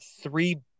three